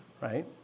Right